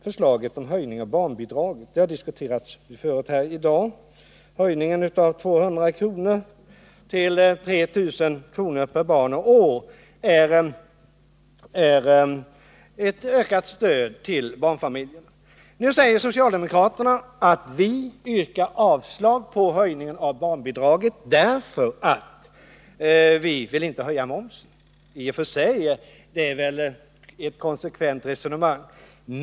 Förslaget om höjning om barnbidraget — det har diskuterats förut här i dag —- med 200 kr. till 3 000 kr. per barn och år innebär ett ökat stöd till barnfamiljerna. Nu säger socialdemokraterna: Vi yrkar avslag på förslaget om höjning av barnbidraget därför att vi inte vill höja momsen. I och för sig är det ett konsekvent resonemang.